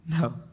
No